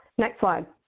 next slide.